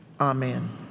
Amen